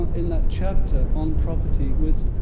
in that chapter, on property, was,